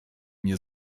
nie